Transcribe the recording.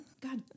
God